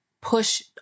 push